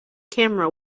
camera